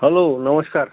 hello नमश्कार